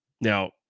Now